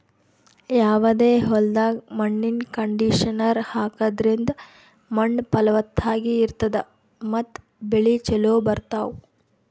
ಯಾವದೇ ಹೊಲ್ದಾಗ್ ಮಣ್ಣಿನ್ ಕಂಡೀಷನರ್ ಹಾಕದ್ರಿಂದ್ ಮಣ್ಣ್ ಫಲವತ್ತಾಗಿ ಇರ್ತದ ಮತ್ತ್ ಬೆಳಿ ಚೋಲೊ ಬರ್ತಾವ್